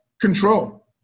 control